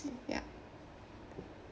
ya